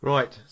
Right